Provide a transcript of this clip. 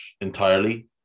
entirely